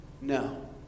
no